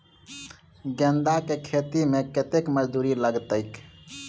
गेंदा केँ खेती मे कतेक मजदूरी लगतैक?